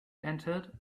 entered